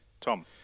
Tom